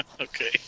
okay